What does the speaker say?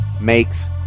makes